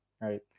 right